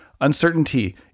uncertainty